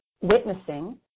witnessing